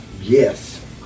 Yes